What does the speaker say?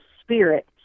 spirit